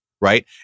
right